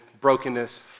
brokenness